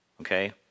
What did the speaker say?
Okay